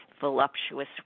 voluptuous